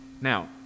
Now